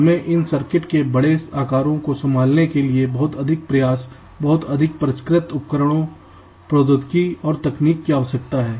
हमें इन सर्किटों के बड़े आकारको संभालने के लिए बहुत अधिक प्रयास बहुत अधिक परिष्कृत उपकरणों प्रौद्योगिकियों और तकनीकों की आवश्यकता है